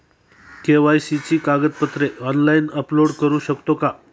KYC ची कागदपत्रे online upload करू शकतो का?